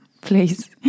please